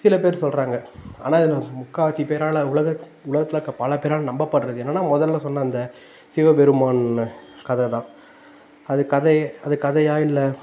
சில பேர் சொல்கிறாங்க ஆனால் இதில் முக்காவாசிப்பேரால் உலகத் உலகத்திலருக்க பலப்பேரால் நம்பப்படுறது என்னென்னா முதல சொன்ன அந்த சிவபெருமான் கதைதான் அது கதை அது கதையாக இல்லை